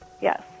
Yes